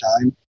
time